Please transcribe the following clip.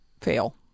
fail